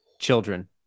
children